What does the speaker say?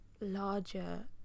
larger